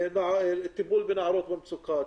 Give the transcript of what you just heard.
טיפול בנערות במצוקה,